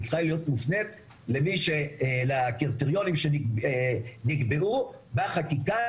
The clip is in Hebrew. אלא היא צריכה להיות מופנית לקריטריונים שנקבעו בחקיקה,